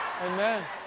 amen